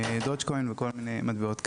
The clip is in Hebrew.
דויטש קוין וכל מיני מטבעות כאלה.